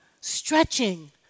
stretching